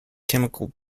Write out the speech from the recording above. chemical